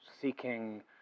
seeking